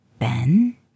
Ben